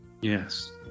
Yes